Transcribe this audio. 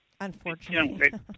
Unfortunately